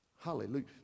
Hallelujah